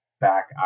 back